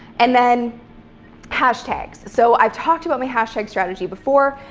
and then hashtags. so i've talked about my hashtag strategy before,